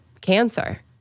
cancer